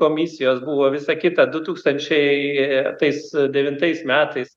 komisijos buvo visa kita du tūkstančiai tais devintais metais